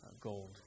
gold